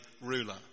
ruler